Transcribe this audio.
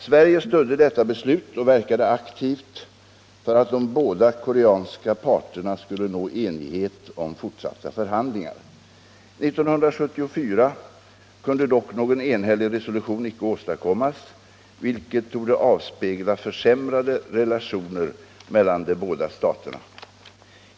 Sverige stödde detta beslut och verkade aktivt för att de båda koreanska parterna skulle nå enighet om fortsatta förhandlingar. 1974 kunde dock någon enhällig resolution icke åstadkommas, vilket torde avspegla försämrade relationer mellan de båda staterna.